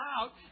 out